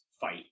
fight